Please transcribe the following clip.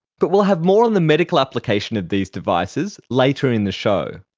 but we'll have more on the medical application of these devices later in the show.